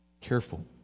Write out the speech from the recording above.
Careful